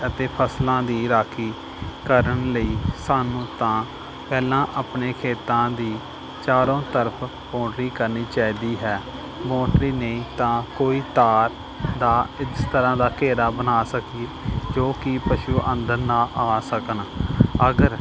ਅਤੇ ਫਸਲਾਂ ਦੀ ਰਾਖੀ ਕਰਨ ਲਈ ਸਾਨੂੰ ਤਾਂ ਪਹਿਲਾਂ ਆਪਣੇ ਖੇਤਾਂ ਦੀ ਚਾਰੋਂ ਤਰਫ ਬੋਂਡਰੀ ਕਰਨੀ ਚਾਹੀਦੀ ਹੈ ਬੋਂਡਰੀ ਨਹੀਂ ਤਾਂ ਕੋਈ ਤਾਰ ਦਾ ਇਸ ਤਰ੍ਹਾਂ ਦਾ ਘੇਰਾ ਬਣਾ ਸਕੀਏ ਜੋ ਕਿ ਪਸ਼ੂ ਅੰਦਰ ਨਾ ਆ ਸਕਣ ਅਗਰ